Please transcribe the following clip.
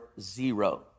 zero